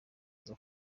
aza